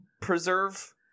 Preserve